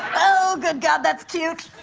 oh, good god, that's cute.